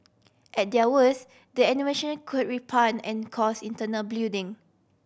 at their worse the could and cause internal bleeding